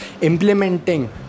implementing